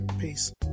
Peace